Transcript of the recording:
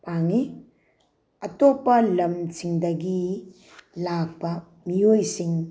ꯄꯥꯡꯉꯤ ꯑꯇꯣꯞꯄ ꯂꯝꯁꯤꯡꯗꯒꯤ ꯂꯥꯛꯄ ꯃꯤꯑꯣꯏꯁꯤꯡ